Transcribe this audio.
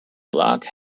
block